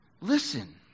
Listen